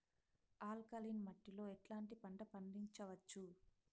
Alkaline మట్టి లో ఎట్లాంటి పంట పండించవచ్చు,?